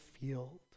field